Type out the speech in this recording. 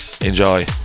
Enjoy